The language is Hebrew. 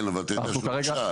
כן אבל אתה יודע שהוא נשאל,